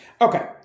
Okay